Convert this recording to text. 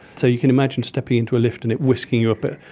so you can imagine stepping into a lift and it whisking you up at,